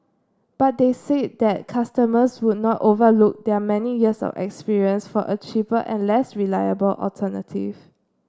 but they said that customers would not overlook their many years of experience for a cheaper and less reliable alternative